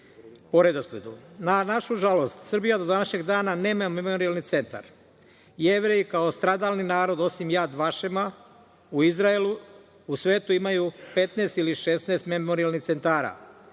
po redosledu. Na našu žalost, Srbija do današnjeg dana nema memorijalni centar. Jevreji kao stradalni narod, osim "Jad Vašema" u Izraelu, u svetu imaju 15 ili 16 memorijalnih centara.